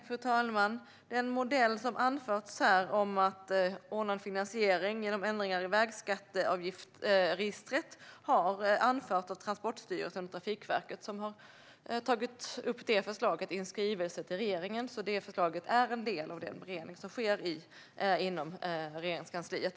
Fru talman! Modellen med finansiering genom ändringar i vägtrafikregistret har tagits upp av Transportstyrelsen och Trafikverket i en skrivelse till regeringen, så det förslaget är en del av den beredning som sker inom Regeringskansliet.